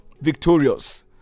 victorious